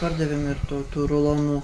pardavėm ir tų tų rulonų